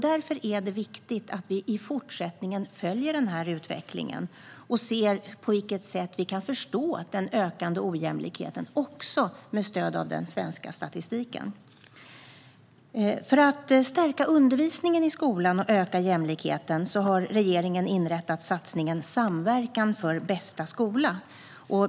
Därför är det viktigt att vi i fortsättningen följer utvecklingen och ser på vilket sätt vi kan förstå den ökande ojämlikheten också med stöd av den svenska statistiken. För att stärka undervisningen i skolan och öka jämlikheten har regeringen inrättat satsningen Samverkan för bästa skola.